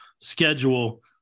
schedule